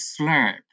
slurp